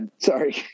Sorry